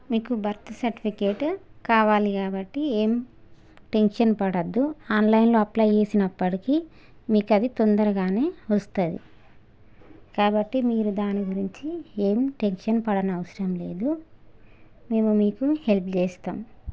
మీకు birth certificate కావాలి కాబట్టి ఏం టెన్షన్ పడొద్దు ఆన్లైన్లో అప్లై చేసినప్పటికీ మీకు అది తొందరగానే వస్తది కాబట్టి మీరు దాని గురించి ఏం టెన్షన్ పడనవసరం లేదు మేము మీకు హెల్ప్ చేస్తాం